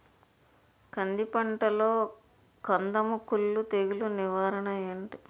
కంది పంటలో కందము కుల్లు తెగులు నివారణ ఏంటి?